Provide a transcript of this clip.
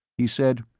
he said,